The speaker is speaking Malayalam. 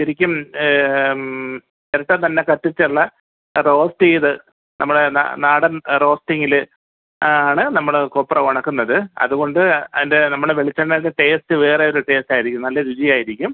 ശരിക്കും ചിരട്ട തന്നെ കത്തിച്ചുള്ള ആ റോസ്റ്റ് ചെയ്ത് നമ്മൾ നാ നാടൻ റോസ്റ്റിംഗിൽ ആണ് നമ്മൽ കൊപ്ര ഉണക്കുന്നത് അതുകൊണ്ട് അതിൻ്റെ നമ്മുടെ വെളിച്ചെണ്ണേൻ്റ ടേസ്റ്റ് വേറൊരു ടേസ്റ്റായിരിക്കും നല്ല രുചിയായിരിക്കും